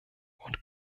und